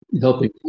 helping